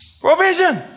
provision